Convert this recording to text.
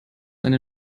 eine